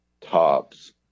tops